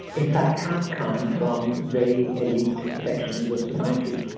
in fact had come from very elite sections of society.